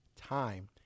time